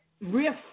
riff